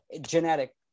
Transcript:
genetic